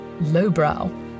lowbrow